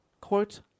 quote